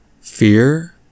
fear